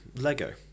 Lego